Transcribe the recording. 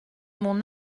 mon